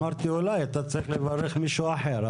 אמרתי אולי אתה צריך לברך מישהו אחר.